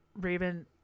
Raven